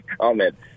comment